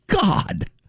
god